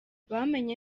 bamenye